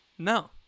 No